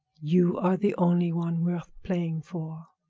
you are the only one worth playing for.